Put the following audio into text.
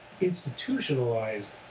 institutionalized